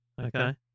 Okay